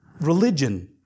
religion